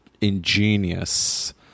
ingenious